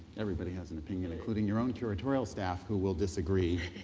everybody has an opinion including your own curatorial staff who will disagree.